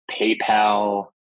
PayPal